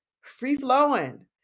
free-flowing